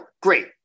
Great